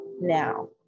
now